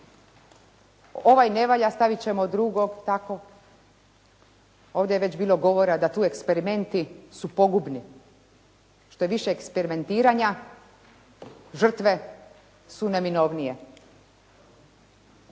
Ovaj na valja, staviti ćemo drugog. Ovdje je već bilo govora da tu eksperimenti su pogubni. Što je više eksperimentiranja, žrtve su neminovnije.